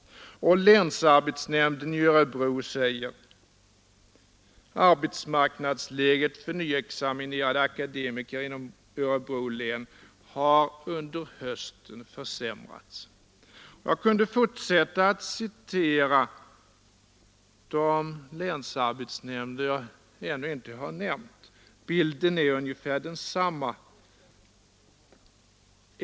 Länsarbetsnämnden i Örebro: Arbetsmarknadsläget för nyexaminerade akademiker inom Örebro län har under hösten försämrats. Jag kunde fortsätta att citera de länsarbetsnämnder jag ännu inte har nämnt. Bilden är ungefär densamma.